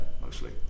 mostly